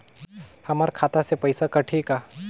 हमर खाता से पइसा कठी का?